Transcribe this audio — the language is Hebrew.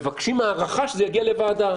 מבקשים הארכה שזה יגיע לוועדה.